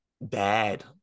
bad